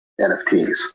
NFTs